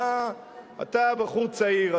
אתה בחור צעיר,